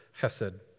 Chesed